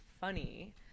funny